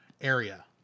area